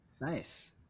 nice